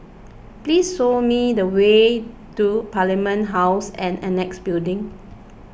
please show me the way to Parliament House and Annexe Building